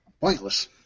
Pointless